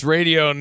Radio